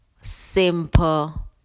simple